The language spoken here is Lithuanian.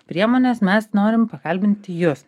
priemones mes norim pakalbinti jus